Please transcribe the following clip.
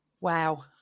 Wow